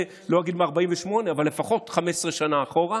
לא אגיד מ-48' אבל לפחות 15 שנה אחורה,